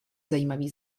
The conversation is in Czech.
zajímavý